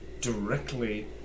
directly